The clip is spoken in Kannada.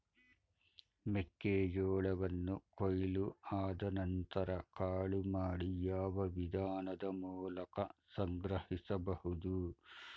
ಮೆಕ್ಕೆ ಜೋಳವನ್ನು ಕೊಯ್ಲು ಆದ ನಂತರ ಕಾಳು ಮಾಡಿ ಯಾವ ವಿಧಾನದ ಮೂಲಕ ಸಂಗ್ರಹಿಸಬಹುದು?